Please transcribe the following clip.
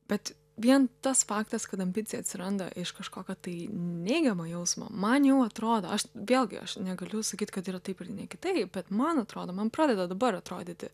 bet vien tas faktas kad ambicija atsiranda iš kažkokio tai neigiamo jausmo man jau atrodo aš vėlgi aš negaliu sakyt kad yra taip ir ne kitaip bet man atrodo man pradeda dabar atrodyti